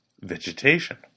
vegetation